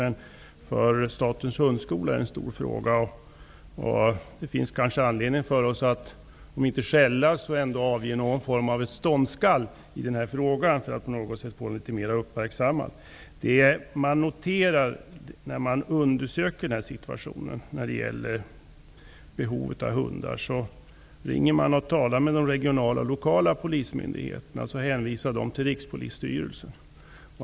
Men för Statens hundskola är det en stor fråga, och det finns kanske anledning för oss att om inte skälla så ändå avge någon form av ett ståndskall för att på något sätt få frågan mer uppmärksammad. Om man när det gäller behovet av hundar ringer och talar med de regionala och lokala polismyndigheterna, hänvisar de till Rikspolisstyrelsen.